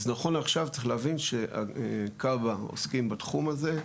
אז נכון לעכשיו צריך להבין שכב"ה עוסקים בתחום הזה,